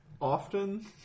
often